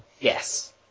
Yes